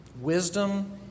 Wisdom